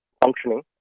functioning